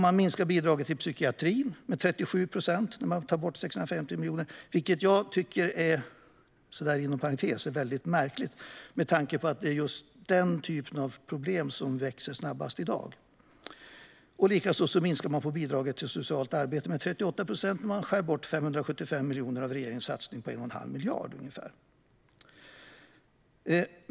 Man minskar bidraget till psykiatrin med 37 procent eller 650 miljoner, vilket inom parentes sagt är väldigt märkligt med tanke på att det är den typen av problem som i dag växer snabbast. Likaså minskar man bidraget till socialt arbete med 38 procent när man skär bort 575 miljoner av regeringens satsning på ungefär 1 1⁄2 miljard.